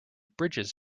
bridges